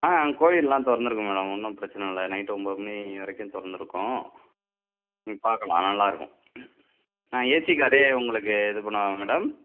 ஆ கோவில்லாம் திறந்துருக்கும் மேடம் ஒன்றும் பிரச்சனை இல்லை நைட் ஒம்பது மணி வரைக்கும் திறந்திருக்கும் நீங்கள் பார்க்கலாம் நல்லா இருக்கும் நான் ஏசி காரே உங்களுக்கு இது பண்ணவா மேடம்